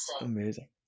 Amazing